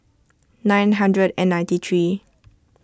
nine hundred and ninety three